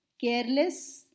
careless